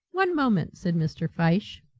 one moment! said mr. fyshe,